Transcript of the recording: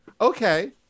okay